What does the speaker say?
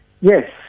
Yes